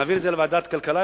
נעביר את זה לוועדת הכלכלה,